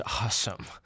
awesome